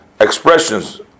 expressions